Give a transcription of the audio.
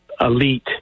elite